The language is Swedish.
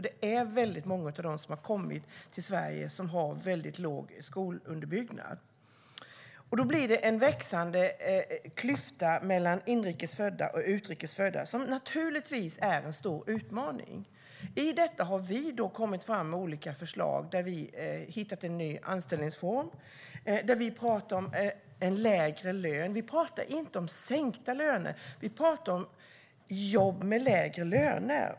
Det är många av dem som har kommit till Sverige som har låg skolunderbyggnad. Det blir en växande klyfta mellan inrikes och utrikes födda som naturligtvis är en stor utmaning. I detta har vi kommit fram med olika förslag där vi har hittat en ny anställningsform och där vi talar om en lägre lön. Vi talar inte om sänkta löner; vi talar om jobb med lägre löner.